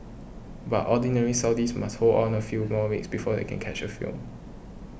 but ordinary Saudis must hold out a few more weeks before they can catch a film